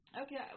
Okay